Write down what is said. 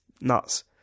nuts